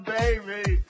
baby